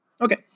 okay